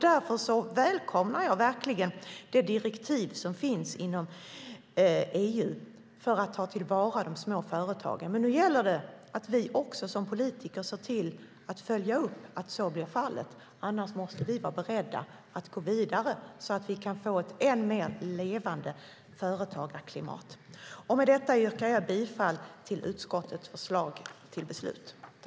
Därför välkomnar jag verkligen det direktiv som finns inom EU för att ta till vara de små företagen. Men nu gäller det att vi som politiker ser till att följa upp att så blir fallet. Annars måste vi vara beredda att gå vidare, så att vi kan få ett än mer levande företagarklimat. Med detta yrkar jag bifall till utskottets förslag till beslut.